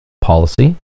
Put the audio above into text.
policy